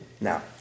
Now